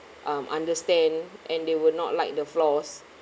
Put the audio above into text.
um understand and they will not like the flaws